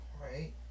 right